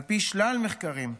על פי שלל מחקרים,